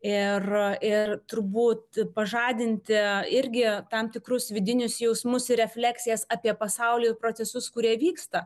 ir ir turbūt pažadinti irgi tam tikrus vidinius jausmus ir refleksijas apie pasaulio procesus kurie vyksta